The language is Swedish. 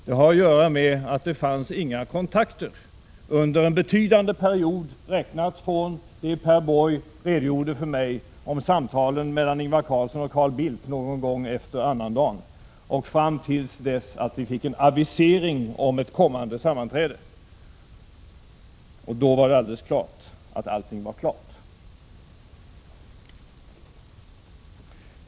Det har att göra med att det inte fanns några kontakter under en betydande period räknat från någon gång efter annandagen, då Per Borg redogjorde för mig för samtalen mellan Ingvar Carlsson och Carl Bildt, och fram tills vi fick en avisering om ett kommande sammanträde. Då var det alldeles klart att allting var klart.